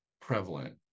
prevalent